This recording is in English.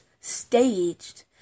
staged